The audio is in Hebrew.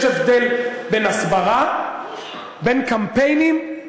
יש הבדל בין הסברה, בין קמפיינים,